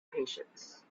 patience